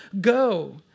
go